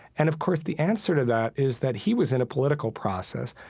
and of course the answer to that is that he was in a political process,